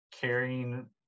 carrying